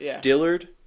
Dillard